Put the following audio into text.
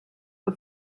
are